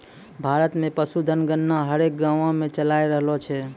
भारत मे पशुधन गणना हरेक गाँवो मे चालाय रहलो छै